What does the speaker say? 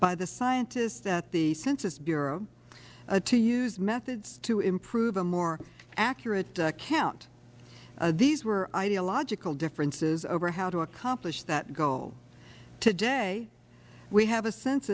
by the scientists at the census bureau to use methods to improve a more accurate count these were ideological differences over how to accomplish that goal today we have a cens